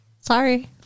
sorry